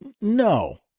No